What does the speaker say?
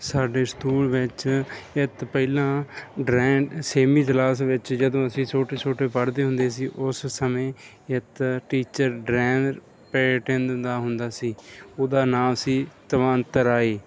ਸਾਡੇ ਸਤੂਲ ਵਿੱਚ ਇੱਕ ਪਹਿਲਾਂ ਡਰੈਂਦ ਛੇਵੀਂ ਤਲਾਸ ਵਿੱਚ ਜਦੋਂ ਅਸੀਂ ਛੋਟੇ ਛੋਟੇ ਪੜ੍ਹਦੇ ਹੁੰਦੇ ਸੀ ਉਸ ਸਮੇਂ ਇੱਕ ਟੀਚਰ ਡਰੈਂਗ ਪੇਟਿੰਨ ਦਾ ਹੁੰਦਾ ਸੀ ਉਹਦਾਂ ਨਾਂ ਸੀ ਤਬੰਤ ਰਾਏ